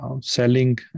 selling